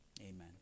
Amen